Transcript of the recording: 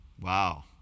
Wow